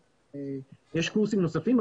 יש קורסים נוספים.